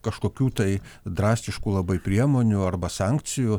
kažkokių tai drastiškų labai priemonių arba sankcijų